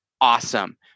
awesome